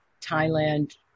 Thailand